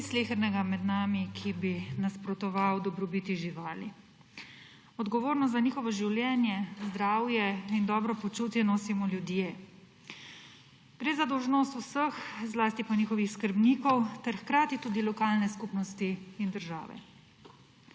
Ni slehernega med nami, ki bi nasprotoval dobrobiti živali. Odgovornost za njihovo življenje, zdravje in dobro počutje nosimo ljudje. Gre za dolžnost vseh, zlasti pa njihovih skrbnikov ter hkrati tudi lokalne skupnosti in države.